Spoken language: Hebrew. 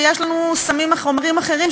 יש לנו סמים מחומרים אחרים,